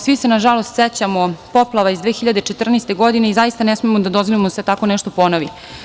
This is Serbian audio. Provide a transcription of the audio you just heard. Svi se, nažalost, sećamo poplava iz 2014. godine i zaista ne smemo da dozvolimo da se tako nešto ponovi.